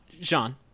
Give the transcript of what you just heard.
Jean